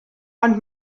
ond